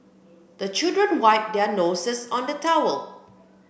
the children wipe their noses on the towel